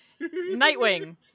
Nightwing